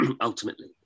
ultimately